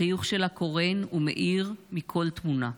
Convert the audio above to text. החיוך שלה קורן ומאיר מכל תמונה.